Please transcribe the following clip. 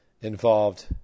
involved